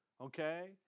okay